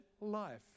life